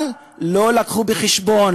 אבל לא הביאו בחשבון,